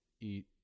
eat